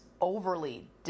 overly